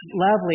lovely